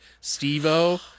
Steve-O